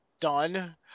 done